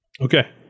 Okay